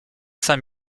saint